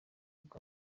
bwa